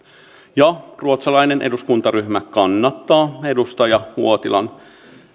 ruotsalainen eduskuntaryhmä kannattaa edustaja uotilan